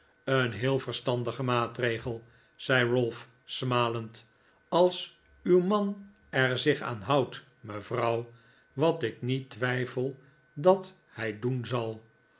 een heel verstandige maatregel zei ralph smalend als uw man er zich aan houdt mevrouw wat ik niet twijfel dat hij doen zal